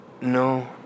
No